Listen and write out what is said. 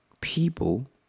people